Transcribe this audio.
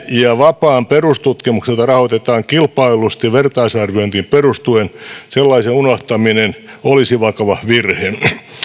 ja vapaa perustutkimus rahoitetaan kilpaillusti vertaisarviointiin perustuen sellaisen unohtaminen olisi vakava virhe